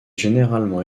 généralement